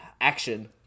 action